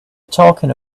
talking